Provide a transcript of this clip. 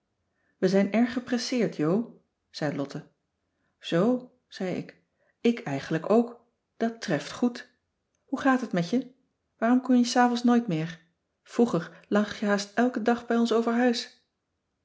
we zijn erg gepresseerd jo zei lotte zoo zei ik ik eigenlijk ook dat treft goed hoe gaat het met je waarom kom je s avonds nooit meer vroeger lag je haast elken dag bij ons over huis